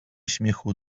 śmiechu